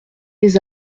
des